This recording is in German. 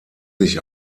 sich